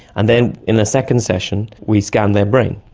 and then in a second session we scanned their brain.